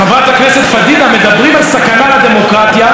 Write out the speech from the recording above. חברת הכנסת פדידה, מדברים על סכנה לדמוקרטיה.